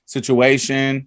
Situation